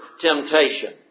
temptation